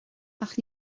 ach